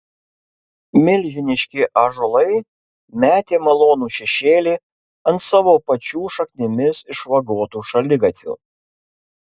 milžiniški ąžuolai metė malonų šešėlį ant savo pačių šaknimis išvagotų šaligatvių